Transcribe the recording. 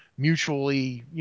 mutually